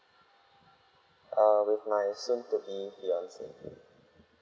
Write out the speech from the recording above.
err with my soon to be fiance